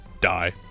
die